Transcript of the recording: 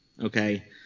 okay